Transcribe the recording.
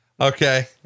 Okay